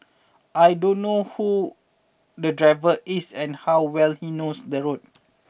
I don't know who the driver is and how well he knows the road